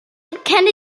frequent